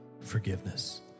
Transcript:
forgiveness